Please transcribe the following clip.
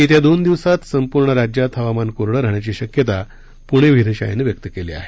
येत्या दोन दिवसात संपूर्ण राज्यात हवामान कोरडं राहण्याची शक्यता पुणे वेधशाळेनं व्यक्त केली आहे